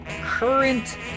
Current